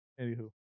Anywho